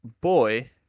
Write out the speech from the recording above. boy